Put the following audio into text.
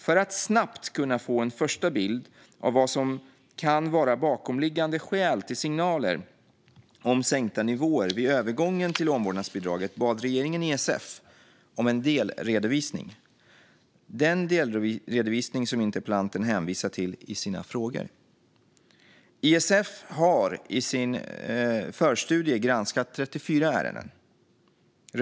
För att snabbt kunna få en första bild av vad som kan vara bakomliggande skäl till signaler om sänkta nivåer vid övergången till omvårdnadsbidraget bad regeringen ISF om en delredovisning, den delredovisning som interpellanten hänvisar till i sina frågor. ISF har i sin förstudie granskat 34 ärenden.